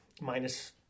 minus